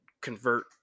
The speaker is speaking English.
Convert